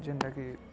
ଯେନ୍ତାକି